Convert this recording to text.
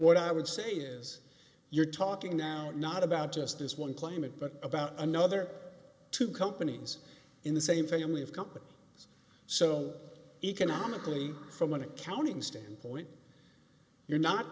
what i would say is you're talking now not about just this one claimant but about another two companies in the same family of company so economically from an accounting standpoint you're not